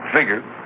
Figured